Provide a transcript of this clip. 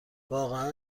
واقعا